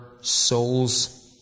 souls